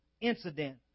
incident